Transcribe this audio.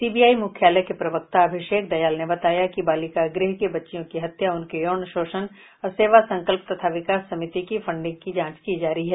CBI मुख्यालय के प्रवक्ता अभिषेक दयाल ने बताया कि बालिका गृह की बच्चियों की हत्या उनके यौन शोषण और सेवा संकल्प तथा विकास समिति की फंडिंग की जांच जारी है